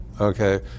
okay